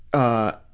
ah,